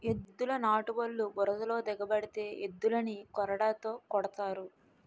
ఎద్దుల నాటుబల్లు బురదలో దిగబడితే ఎద్దులని కొరడాతో కొడతారు